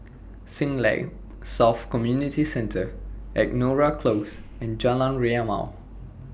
Siglap South Community Centre Angora Close and Jalan Rimau